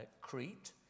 Crete